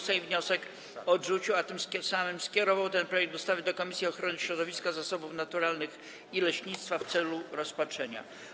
Sejm wniosek odrzucił, a tym samym skierował ten projekt ustawy do Komisji Ochrony Środowiska, Zasobów Naturalnych i Leśnictwa w celu rozpatrzenia.